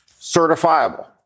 certifiable